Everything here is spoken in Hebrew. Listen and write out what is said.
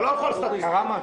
אבל לא כל סטטוס קוו.